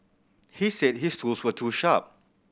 he said his tools were too sharp